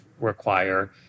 require